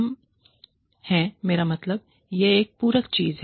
हम हैं मेरा मतलब है यह एक पूरक चीज नहीं है